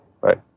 right